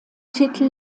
titel